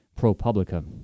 ProPublica